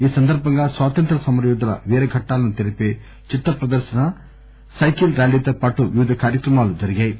ఈ సందర్బంగా స్వాతంత్ర్య సమరయోధుల వీరఘట్టాలను తెలిపే చిత్ర ప్రదర్శన సైకిల్ ర్యాలీతో పాటు వివిధ కార్యక్రమాలు జరిగాయి